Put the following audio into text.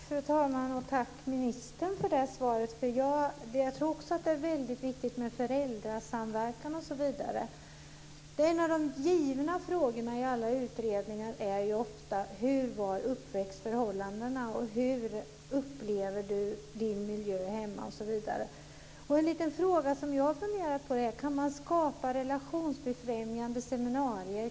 Fru talman! Tack för det svaret, ministern. Jag tror också att det är väldigt viktigt med föräldrasamverkan osv. En vanlig fråga i många utredningar är hur uppväxtförhållandena var och hur man upplever sin miljö hemma osv. En liten fråga som jag har funderat på är: Kan man skapa relationsbefrämjande seminarier?